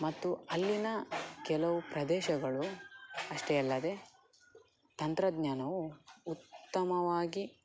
ಮತ್ತು ಅಲ್ಲಿನ ಕೆಲವು ಪ್ರದೇಶಗಳು ಅಷ್ಟೇ ಅಲ್ಲದೆ ತಂತ್ರಜ್ಞಾನವು ಉತ್ತಮವಾಗಿ